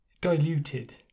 diluted